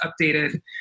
updated